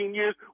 years